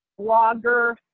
blogger